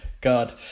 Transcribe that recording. god